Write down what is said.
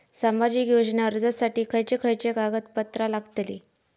सामाजिक योजना अर्जासाठी खयचे खयचे कागदपत्रा लागतली?